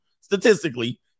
Statistically